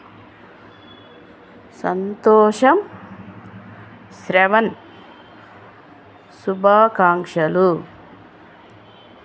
సంతోషం శ్రవణ్ శుభాకాంక్షలు